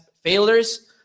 failures